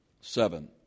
seven